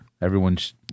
everyone's